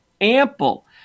ample